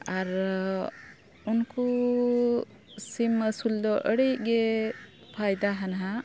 ᱟᱨ ᱩᱱᱠᱩ ᱥᱤᱢ ᱟᱹᱥᱩᱞ ᱫᱚ ᱟᱹᱰᱤᱜᱮ ᱯᱷᱟᱭᱫᱟ ᱦᱮᱱᱟᱜᱼᱟ